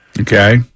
Okay